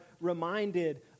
reminded